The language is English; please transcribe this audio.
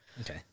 Okay